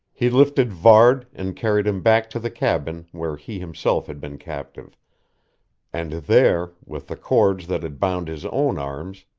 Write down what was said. he lifted varde and carried him back to the cabin where he himself had been captive and there, with the cords that had bound his own arms,